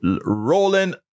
Rolling